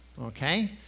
okay